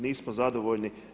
Nismo zadovoljni.